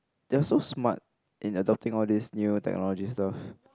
they are so smart in adopting all these new technology stuff